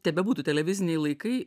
tebebūtų televiziniai laikai